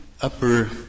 upper